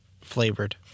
flavored